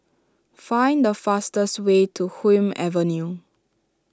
find the fastest way to Hume Avenue